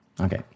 Okay